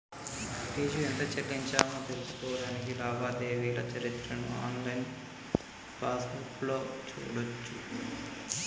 fee ఎంత చెల్లించామో తెలుసుకోడానికి లావాదేవీల చరిత్రను ఆన్లైన్ పాస్బుక్లో చూడచ్చు